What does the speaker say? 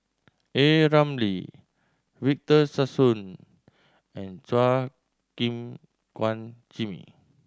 A Ramli Victor Sassoon and Chua Gim Guan Jimmy